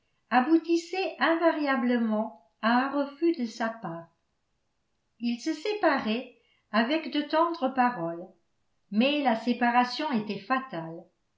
aboutissaient invariablement à un refus de sa part ils se séparaient avec de tendres paroles mais la séparation était fatale